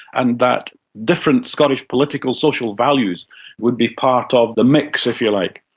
and that different scottish political social values would be part of the mix, if you like.